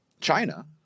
China